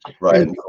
right